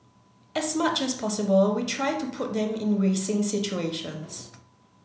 as much as possible we try to put them in racing situations